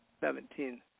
seventeen